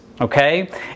Okay